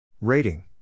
Rating